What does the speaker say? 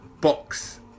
box